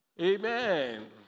Amen